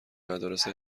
مدارس